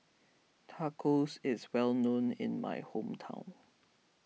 Tacos is well known in my hometown